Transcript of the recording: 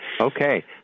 Okay